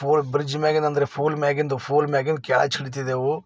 pole bridge ಮೇಲಿಂದ ಅಂದ್ರೆ pole ಮೇಲಿಂದ ಫೋಲ್ ಮೇಲಿಂದ ಕೆಳಗೆ ಛಿಡ್ತಿದ್ದೆವು